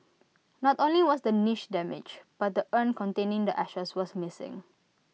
not only was the niche damaged but the urn containing the ashes was missing